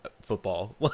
football